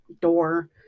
door